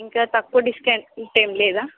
ఇంకా తక్కువ డిస్కౌంట్ ఏమి లేదా